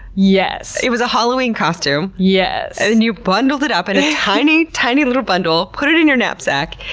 yes. it was a halloween costume? yes, and you bundled it up in a tiny, tiny, little bundle, put it in your knapsack,